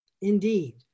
Indeed